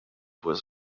was